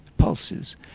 pulses